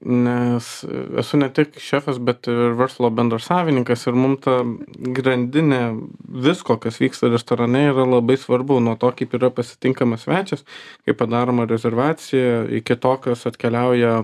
nes esu ne tik šefas bet ir verslo bendrasavininkas ir mum ta grandinė visko kas vyksta restorane yra labai svarbu nuo to kaip yra pasitinkamas svečias kaip padaroma rezervacija iki to kas atkeliauja